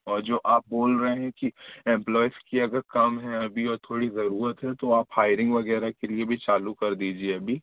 और जो आप बोल रहे हैं कि एम्प्लाॅइज़ की अगर कम हैं अभी और थोड़ी ज़रूरत है तो आप हायरिंग वगैरह के लिए भी चालू कर दीजिए अभी